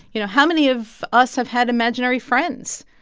you know, how many of us have had imaginary friends?